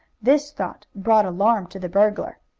this thought brought alarm to the burglar.